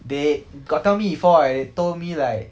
they got tell me before eh told me like